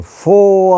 four